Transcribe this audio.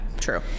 true